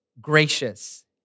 gracious